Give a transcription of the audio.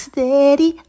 Steady